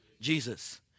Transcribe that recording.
Jesus